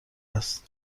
است